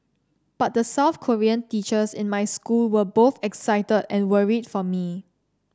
but the South Korean teachers in my school were both excited and worried for me